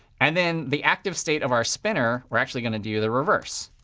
and in the active state of our spinner, we're actually going to do the reverse.